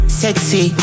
sexy